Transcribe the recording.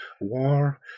war